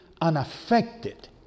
unaffected